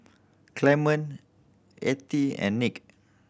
Clement Ethie and Nick